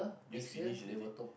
use finish already